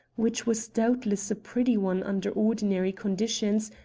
which was doubtless a pretty one under ordinary conditions,